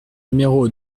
numéro